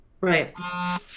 Right